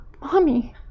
Mommy